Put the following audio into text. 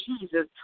Jesus